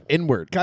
Inward